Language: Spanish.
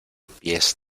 pies